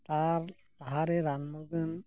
ᱟᱨ ᱞᱟᱦᱟ ᱨᱮ ᱨᱟᱱᱼᱢᱩᱨᱜᱟᱹᱱ